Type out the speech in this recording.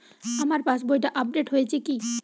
আমার পাশবইটা আপডেট হয়েছে কি?